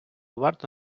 варто